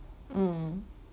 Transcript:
mm